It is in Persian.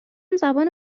زبان